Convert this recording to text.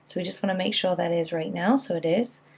so we just want to make sure that is right now, so it is.